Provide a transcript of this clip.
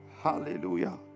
Hallelujah